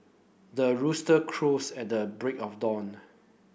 the rooster crows at the break of dawn